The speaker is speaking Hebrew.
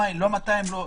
לא 200,